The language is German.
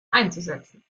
einzusetzen